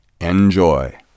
Enjoy